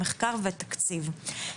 המחקר והתקציב.